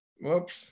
Whoops